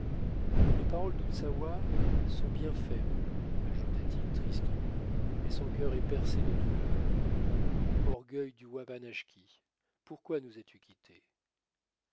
les paroles d'utsawa sont bien faibles ajoutat il tristement et son cœur est percé de douleur orgueil du